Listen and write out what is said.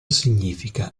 significa